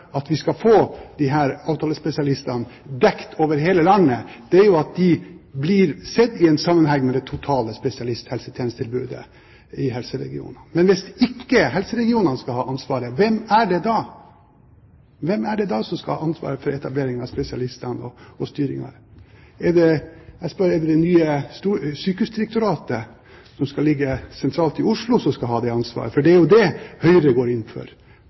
at vi skal få avtalespesialistene til å dekke hele landet, er at de blir satt i sammenheng med det totale spesialisthelsetjenestetilbudet i helseregionene. Men hvis ikke helseregionene skal ha ansvaret, hvem er det da som skal ha ansvaret for etablering av spesialister, og styring? Jeg spør: Er det det nye sykehusdirektoratet, som skal ligge sentralt i Oslo, som skal ha det ansvaret? For Høyre går jo inn for